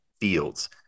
fields